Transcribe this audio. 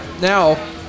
now